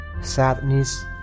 sadness